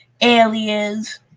aliens